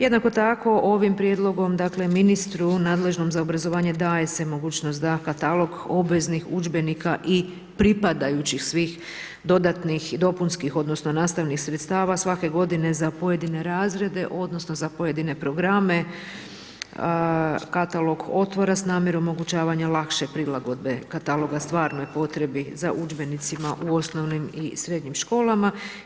Jednako tako ovim prijedlogom ministru nadležnom za obrazovanje daje se mogućnost da katalog obveznih udžbenika i pripadajućih svih dodatnih dopunskih, odnosno, nastavnih sredstava svake g. za pojedine razrede, odnosno, za pojedine programe katalog … s namjerom omogućavanja lakše prilagodbe kataloga stvaran potrebe za udžbenicima u osnovnim i srednjim školama.